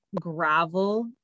gravel